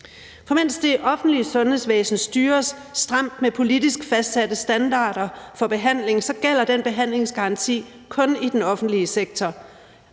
For mens det offentlige sundhedsvæsen styres stramt med politisk fastsatte standarder for behandling, gælder den behandlingsgaranti kun i den offentlige sektor,